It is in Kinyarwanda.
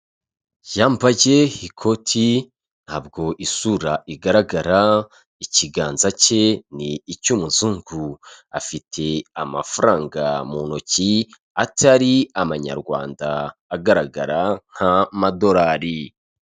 Yambaye ikoti ntabwo isura igaragara ikiganza cye ni icy'umuzungu, afite amafaranga mu ntoki atari amanyarwanda agaragara nk'amadorari.